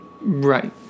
Right